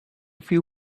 few